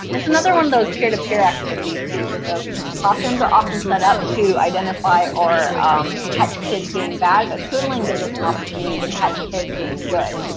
it's another one of those peer-to-peer activities too, so classrooms are often set up to identify or um catch kids being bad, but tootling gives us an opportunity to catch kids being good.